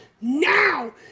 Now